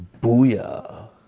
booyah